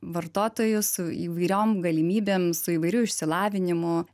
vartotojų su įvairiom galimybėm su įvairiu išsilavinimu